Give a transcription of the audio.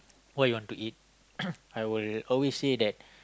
what you want to eat I will always say that